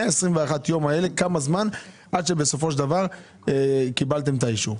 מה-21 יום האלה כמה זמן עד שבסופו של דבר קיבלתם את האישור?